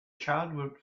child